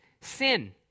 sin